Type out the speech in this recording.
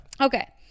Okay